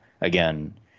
Again